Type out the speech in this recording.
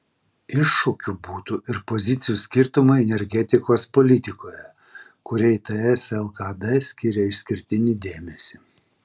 iššūkiu būtų ir pozicijų skirtumai energetikos politikoje kuriai ts lkd skiria išskirtinį dėmesį